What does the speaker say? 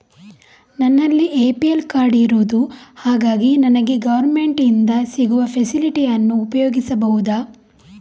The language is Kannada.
ನನ್ನಲ್ಲಿ ಎ.ಪಿ.ಎಲ್ ಕಾರ್ಡ್ ಇರುದು ಹಾಗಾಗಿ ನನಗೆ ಗವರ್ನಮೆಂಟ್ ಇಂದ ಸಿಗುವ ಫೆಸಿಲಿಟಿ ಅನ್ನು ಉಪಯೋಗಿಸಬಹುದಾ?